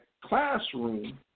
classroom